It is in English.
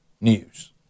news